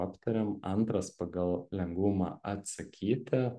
aptarėm antras pagal lengvumą atsakyti